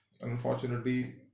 unfortunately